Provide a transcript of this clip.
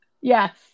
Yes